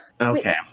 Okay